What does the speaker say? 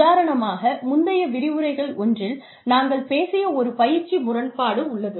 உதாரணமாக முந்தைய விரிவுரைகள் ஒன்றில் நாங்கள் பேசிய ஒரு பயிற்சி முரண்பாடு உள்ளது